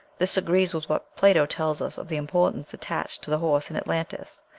this agrees with what plato tells us of the importance attached to the horse in atlantis,